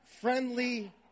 Friendly